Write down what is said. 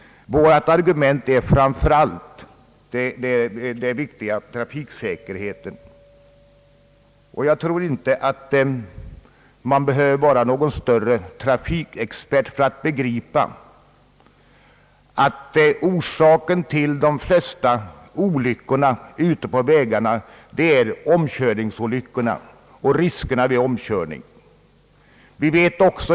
Vårt argument är framför allt det viktiga trafiksäkerhetstekniska. Jag tror inte att man behöver vara någon större trafikexpert för att begripa att de flesta olyckor ute på vägarna sker i samband med omkörningar.